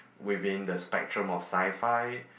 within the spectrum of sci-fi